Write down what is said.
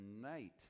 night